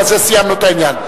בזה סיימנו את העניין.